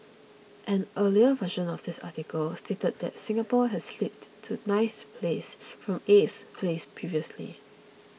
an earlier version of this article stated that Singapore had slipped to ninth place from eighth place previously